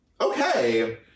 Okay